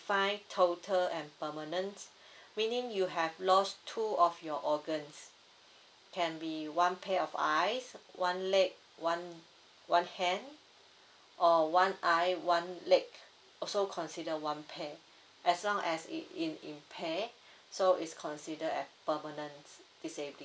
total and permanent meaning you have lost two of your organs can be one pair of eyes one leg one one hand or one eye one leg also consider one pair as long as it in in pair so is consider as permanent disability